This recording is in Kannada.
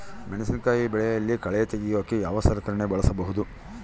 ಮೆಣಸಿನಕಾಯಿ ಬೆಳೆಯಲ್ಲಿ ಕಳೆ ತೆಗಿಯೋಕೆ ಯಾವ ಸಲಕರಣೆ ಬಳಸಬಹುದು?